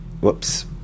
whoops